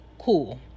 Cool